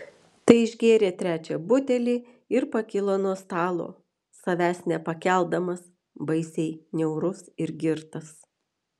tai išgėrė trečią butelį ir pakilo nuo stalo savęs nepakeldamas baisiai niaurus ir girtas